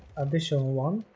additional one